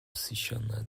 посвященное